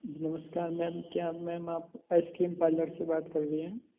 नमस्कार मैम क्या मैम आप आइसक्रीम पारलर से बात कर रही हैं